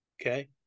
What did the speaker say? Okay